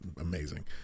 amazing